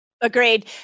Agreed